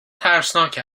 ترسناک